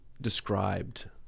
described